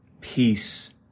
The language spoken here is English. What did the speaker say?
peace